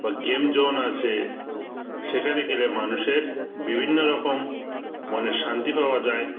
বা game zone আছে সেখানে গেলে মানুষের বিভিন্ন রকম মনে শান্তি পাওয়া যায়